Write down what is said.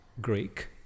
Greek